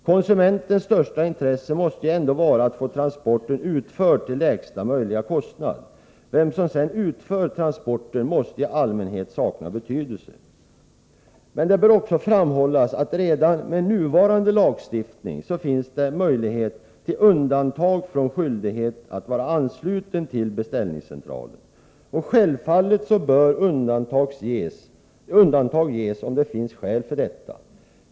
Konsumentens största intresse måste ju ändå vara att få transporten utförd till lägsta möjliga kostnad. Vem som sedan utför transporten måste i allmänhet sakna betydelse. Det bör också framhållas att det redan med nuvarande lagstiftning finns möjlighet till undantag från skyldigheten att vara ansluten till beställningscentral. Självfallet bör undantag ges om det finns skäl till detta.